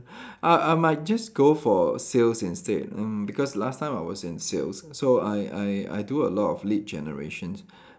I I might just go for sales instead mm because last time I was in sales so I I I do a lot of lead generations